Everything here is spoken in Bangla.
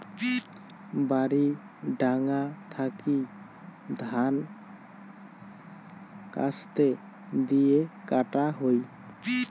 বাড়ি ডাঙা থাকি ধান কাস্তে দিয়ে কাটা হই